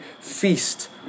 feast